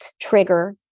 trigger